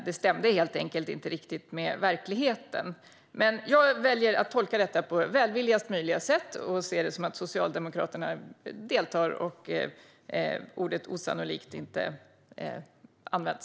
Det stämde helt enkelt inte riktigt med verkligheten, men jag väljer att tolka detta på välvilligast möjliga sätt och se det som att Socialdemokraterna deltar och att ordet "osannolikt" inte används.